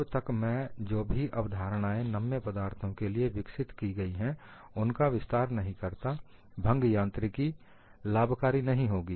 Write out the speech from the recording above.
जब तक मैं जो भी अवधारणाएं नम्य पदार्थों के लिए विकसित की गई हैं उनका विस्तार नहीं करता भंग यांत्रिकी लाभकारी नहीं होगी